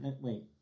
Wait